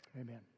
Amen